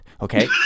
Okay